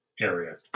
area